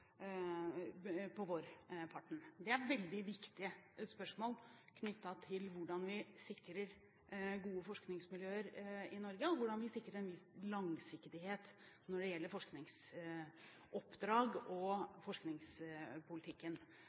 på vårparten. Det er veldig viktige spørsmål knyttet til hvordan vi sikrer gode forskningsmiljøer i Norge, og hvordan vi sikrer en viss langsiktighet når det gjelder forskningsoppdrag og forskningspolitikken.